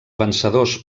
vencedors